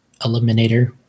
Eliminator